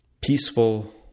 peaceful